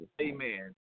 Amen